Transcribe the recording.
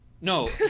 No